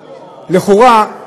לכאורה,